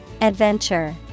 Adventure